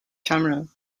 camera